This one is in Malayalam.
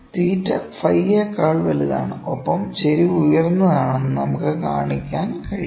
തീറ്റ θ ഫൈയെക്കാൾ φ വലുതാണ് ഒപ്പം ചരിവ് ഉയർന്നതാണെന്ന് നമുക്ക് കാണിക്കാൻ കഴിയും